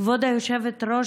כבוד היושבת-ראש,